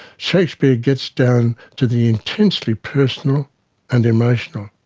shakespeare gets down to the intensely personal and emotional.